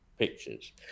pictures